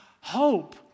hope